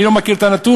אני לא מכיר את הנתון,